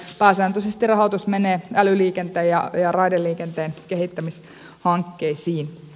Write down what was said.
pääsääntöisesti rahoitus menee älyliikenteen ja raideliikenteen kehittämishankkeisiin